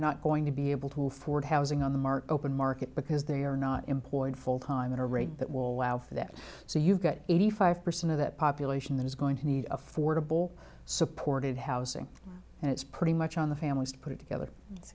not going to be able to afford housing on the market open market because they are not employed full time in a rate that will allow for that so you've got eighty five percent of that population that is going to need affordable supported housing and it's pretty much on the families to put it together it's